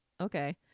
Okay